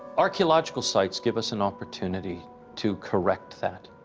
archaeological sites give us an opportunity to correct that